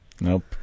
Nope